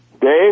Dave